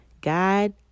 God